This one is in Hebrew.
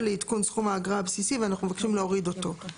לעדכון סכום האגרה הבסיסי ואנחנו מבקשים להוריד אותו.